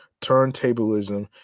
turntablism